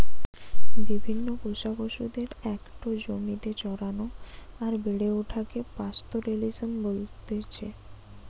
বিভিন্ন পোষা পশুদের একটো জমিতে চরানো আর বেড়ে ওঠাকে পাস্তোরেলিজম বলতেছে